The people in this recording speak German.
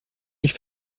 mich